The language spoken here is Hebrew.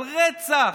על רצח,